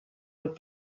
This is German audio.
und